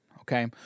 Okay